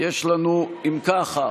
יש לנו, אם ככה,